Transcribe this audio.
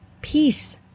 peace